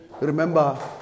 Remember